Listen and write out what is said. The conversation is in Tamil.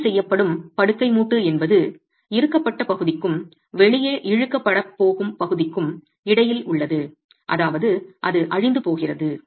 சோதனை செய்யப்படும் படுக்கை மூட்டு என்பது இறுக்கப்பட்ட பகுதிக்கும் வெளியே இழுக்கப்படப் போகும் பகுதிக்கும் இடையில் உள்ளது அதாவது அது அழிந்து போகிறது